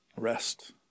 rest